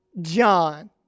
John